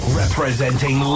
representing